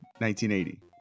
1980